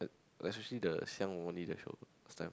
like especially the 想我你的手 last time